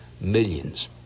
millions